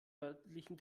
örtlichen